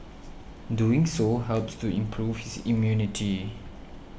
doing so helps to improve his immunity